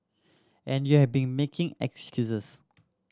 and you have been making excuses